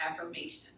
affirmation